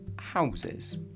houses